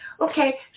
Okay